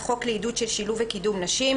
החוק לעידוד של שילוב וקידום נשים)